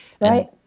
Right